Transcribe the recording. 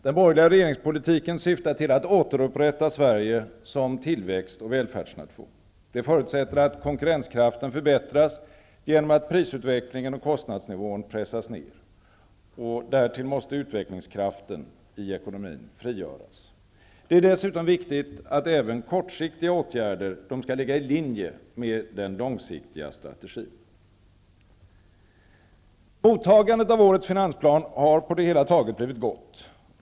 Den borgerliga regeringspolitiken syftar till att återupprätta Sverige som tillväxt och välfärdsnation. Det förutsätter att konkurrenskraften förbättras genom att prisutvecklingen och kostnadsnivån pressas ned. Därtill måste utvecklingskraften i ekonomin frigöras. Det är dessutom viktigt att även kortsiktiga åtgärder ligger i linje med den långsiktiga strategin. Mottagandet av årets finansplan har på det hela taget blivit gott.